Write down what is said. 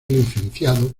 licenciado